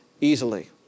easily